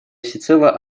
всецело